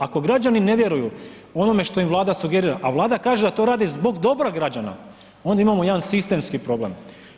Ako građani ne vjeruju onome što im Vlada sugerira, a Vlada kaže da to radi zbog dobra građana onda imamo jedan sistemski problem.